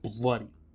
bloody